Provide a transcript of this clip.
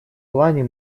плане